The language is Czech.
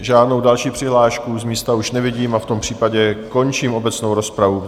Žádnou další přihlášku z místa už nevidím a v tom případě končím obecnou rozpravu.